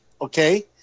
okay